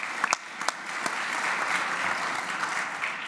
(מחיאות כפיים)